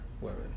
women